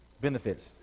Benefits